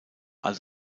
als